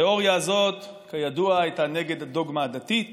התיאוריה הזאת, כידוע, הייתה נגד הדוגמה הדתית